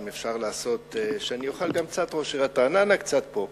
אם אפשר לעשות שאני אוכל להיות קצת ראש עיריית רעננה וקצת פה,